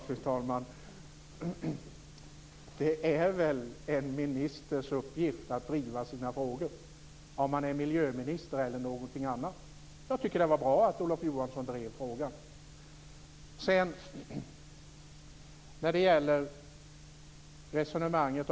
Fru talman! Det är väl en ministers uppgift att driva sina frågor vare sig man är miljöminister eller något annat. Jag tycker att det var bra att Olof Johansson drev frågan.